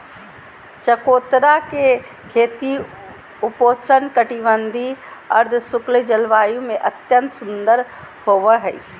चकोतरा के खेती उपोष्ण कटिबंधीय, अर्धशुष्क जलवायु में अत्यंत सुंदर होवई हई